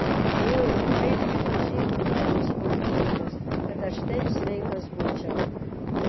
ui kaip nepažinti ponas pulkininkas kad aš taip sveikas būčiau